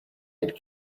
had